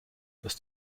dass